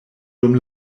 dum